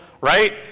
right